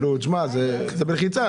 זה בלחיצה.